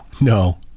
no